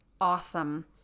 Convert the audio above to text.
Awesome